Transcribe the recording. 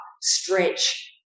stretch